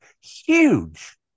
huge